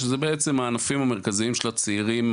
שזה בעצם הענפים המרכזיים של הצעירים